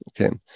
Okay